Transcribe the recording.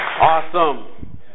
Awesome